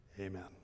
Amen